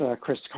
Chris